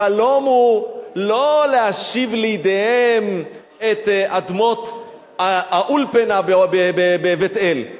החלום הוא לא להשיב לידיהם את אדמות האולפנה בבית-אל;